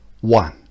one